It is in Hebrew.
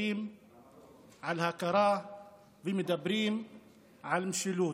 ומדברים על הכרה ומדברים על משילות.